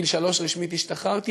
בגיל שלוש רשמית השתחררתי.